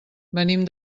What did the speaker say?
venim